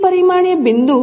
ત્રિ પરિમાણીય બિંદુ